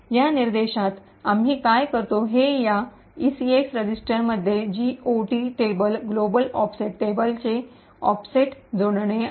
या निर्देशात आम्ही काय करतो ते या ईसीएक्स रजिस्टरमध्ये जीओटी टेबल ग्लोबल ऑफसेट टेबलचे ऑफसेट जोडणे आहे